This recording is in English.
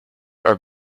are